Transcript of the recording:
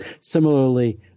Similarly